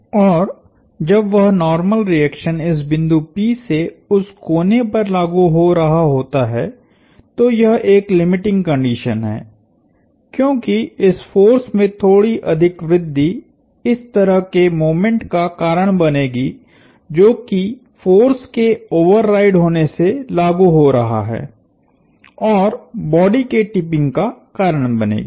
और जब वह नार्मल रिएक्शन इस बिंदु P से उस कोने पर लागु हो रहा होता है तो यह एक लिमिटिंग कंडीशन है क्योंकि इस फोर्स में थोड़ी अधिक वृद्धि इस तरह के मोमेंट का कारण बनेगी जो कि फोर्स के ओवरराइड होने से लागु हो रहा है और बॉडी के टिपिंग का कारण बनेगी